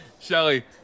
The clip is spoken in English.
shelly